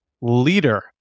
leader